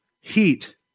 heat